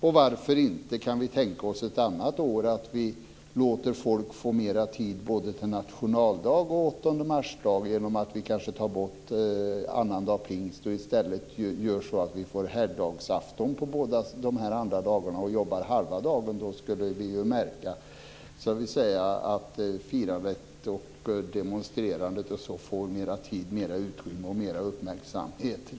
Ett annat år kanske vi kan tänka oss att låta folk få mera tid både på nationaldagen och den 8 mars genom att vi tar bort annandag pingst och i stället gör så att det blir helgdagsaftnar båda dessa andra dagar. Det skulle innebära att man jobbar halva dagarna. Då skulle ju firandet och demonstrerandet få mera tid, utrymme och uppmärksamhet.